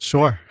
Sure